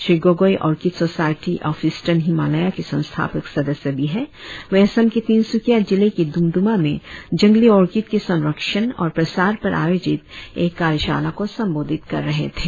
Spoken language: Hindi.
Shri Gogoi Orchid Society of Eastern Himalaya के संस्थापक सदस्य भी है वे असम के तिनसुकिया जिले के दुमदुमा में जंगली आर्किड के संरक्षण और प्रसार पर आयोजित एक कार्यशाला को संबोधित कर रहे थे